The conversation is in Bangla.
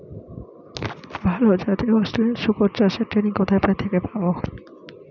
ভালো জাতে অস্ট্রেলিয়ান শুকর চাষের ট্রেনিং কোথা থেকে পাব?